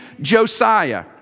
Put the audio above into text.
Josiah